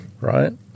right